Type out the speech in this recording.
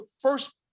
first